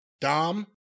Dom